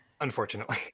unfortunately